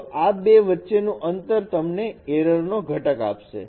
તો આ બે વચ્ચેનું અંતર તમને એરરનો ઘટક આપશે